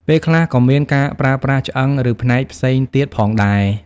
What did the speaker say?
ពេលខ្លះក៏មានការប្រើប្រាស់ឆ្អឹង ឬផ្នែកផ្សេងទៀតផងដែរ។